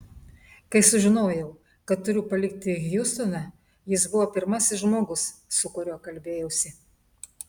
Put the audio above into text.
kai sužinojau kad turiu palikti hjustoną jis buvo pirmasis žmogus su kuriuo kalbėjausi